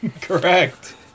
Correct